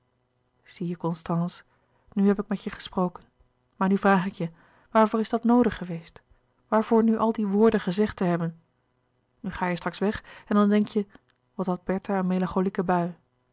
zie je constance nu heb ik met je gesproken maar nu vraag ik je waarvoor is dat noodig geweest waarvoor nu al die woorden gezegd te hebben nu ga je straks weg en dan denk je wat had bertha een melancholieke bui